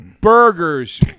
burgers